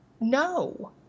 no